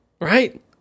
Right